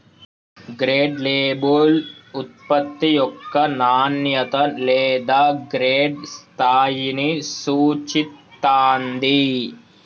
grade label ఉత్పత్తి యొక్క నాణ్యత లేదా గ్రేడ్ స్థాయిని సూచిత్తాంది